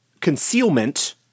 concealment